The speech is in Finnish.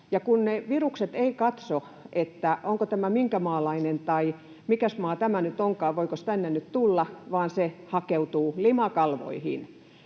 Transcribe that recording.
Ne virukset eivät katso, onko tämä minkämaalainen tai mikä maa tämä nyt onkaan, voinkos tänne nyt tulla, vaan se hakeutuu limakalvoihin.